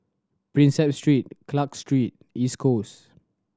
Prinsep Street Clarke Street East Coast